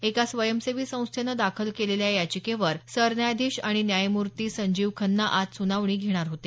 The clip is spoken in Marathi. एका स्वयंसेवी संस्थेनं दाखल केलेल्या या याचिकेवर सरन्यायाधीश आणि न्यायमूर्ती संजीव खन्ना आज सुनावणी घेणार होते